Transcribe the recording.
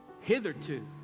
Hitherto